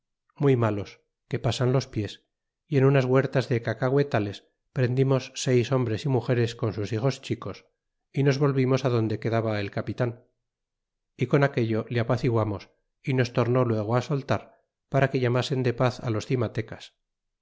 muy malos que pasan los pies y en unas huertas de cacaguetales prendimos seis hombres y mugeres con sus hijos chicos y nos volvimos adonde quedaba el capitan y con aquello le apaciguamos y los tornó luego a soltar para que llamasen de paz a los cimatecas